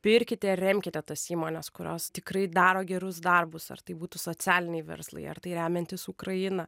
pirkite remkite tas įmones kurios tikrai daro gerus darbus ar tai būtų socialiniai verslai ar tai remiantys ukraina